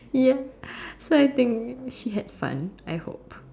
ya so I think she had fun I hope